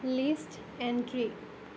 list entry